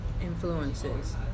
influences